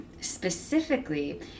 specifically